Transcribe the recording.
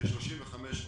35 אוניות,